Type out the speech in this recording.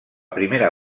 primera